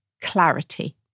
clarity